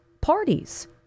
parties